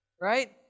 Right